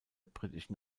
britischen